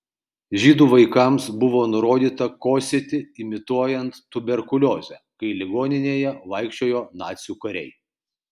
žydų vaikams buvo nurodyta kosėti imituojant tuberkuliozę kai ligoninėje vaikščiojo nacių kariai